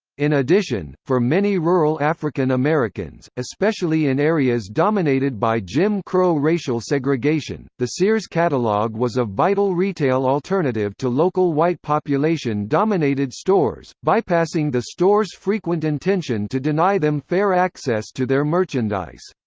in addition, for many rural african-americans, especially in areas dominated by jim crow racial segregation, the sears catalogue was a vital retail alternative to local white-population-dominated stores, bypassing the stores' frequent intention to deny them fair access to their merchandise.